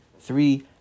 three